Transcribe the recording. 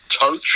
coach